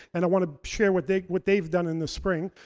and i want to share what they've what they've done, in the spring.